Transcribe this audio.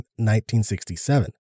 1967